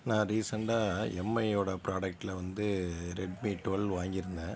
நான் ரீஸென்டாக எம்ஐயோடய ப்ராடக்ட்டில் வந்து ரெட்மி ட்டுவெல் வாங்கியிருந்தேன்